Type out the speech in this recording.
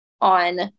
on